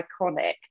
iconic